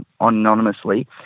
anonymously